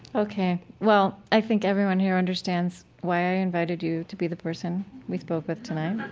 ok. well, i think everyone here understands why i invited you to be the person we spoke with tonight